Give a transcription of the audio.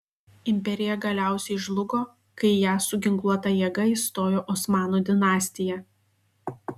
imperija galiausiai žlugo kai į ją su ginkluota jėga įstojo osmanų dinastija